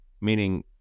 meaning